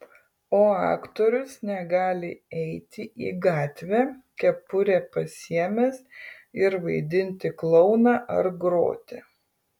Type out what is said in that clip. o aktorius negali eiti į gatvę kepurę pasiėmęs ir vaidinti klouną ar groti